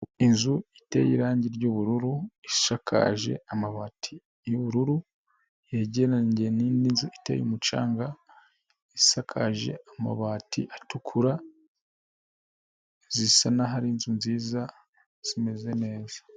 Inzu iteye irangi ry'ubururu, ishakakaje amabati y'ubururu, yegereranye n'inzu iteye umucanga ,isakaje amabati atukura, zisa n'aho ari inzu nziza, zimeze neza.